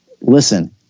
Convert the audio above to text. Listen